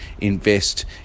invest